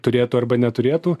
turėtų arba neturėtų